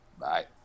Bye